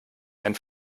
ein